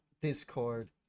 Discord